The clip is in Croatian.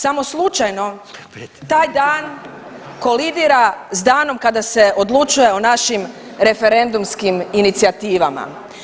Samo slučajno taj dan kolidira s danom kada se odlučuje o našim referendumskim inicijativama.